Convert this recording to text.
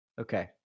Okay